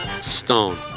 Stone